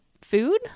food